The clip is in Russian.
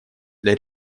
для